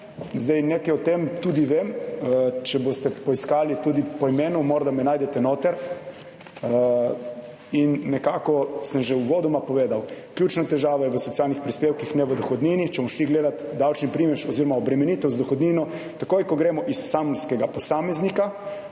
Zdaj nekaj o tem tudi vem. Če boste poiskali tudi po imenu, morda me najdete noter in nekako sem že uvodoma povedal, ključna težava je v socialnih prispevkih, ne v dohodnini. Če bomo šli gledati davčni primež oziroma obremenitev z dohodnino takoj, ko gremo iz samskega posameznika